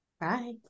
Bye